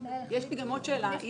זה ההסבר.